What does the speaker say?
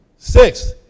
Six